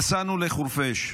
נסענו לחורפיש,